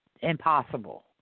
impossible